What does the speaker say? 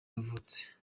yavutse